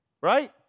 Right